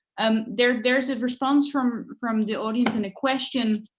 um there there is a response from from the audience and a question